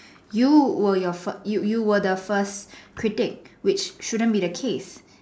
you were your first you you were the first critic which shouldn't be the case